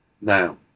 now